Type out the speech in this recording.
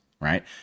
right